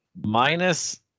Minus –